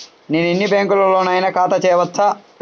నేను ఎన్ని బ్యాంకులలోనైనా ఖాతా చేయవచ్చా?